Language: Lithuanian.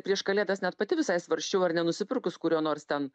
prieš kalėdas net pati visai svarsčiau ar nenusipirkus kurio nors ten